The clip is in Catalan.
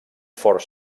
fort